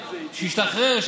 שישתחרר,